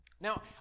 Now